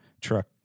truck